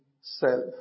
Self